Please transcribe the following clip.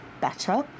better